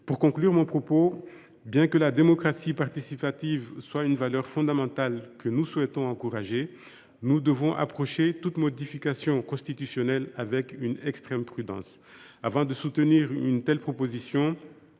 Pour conclure mon propos, bien que la démocratie participative soit une valeur fondamentale que nous souhaitons encourager, nous devons approcher toute modification constitutionnelle avec une extrême prudence. Avant de soutenir une telle proposition,